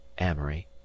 amory